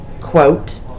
quote